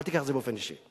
אל תיקח את זה באופן אישי.